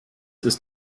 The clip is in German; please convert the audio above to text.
ist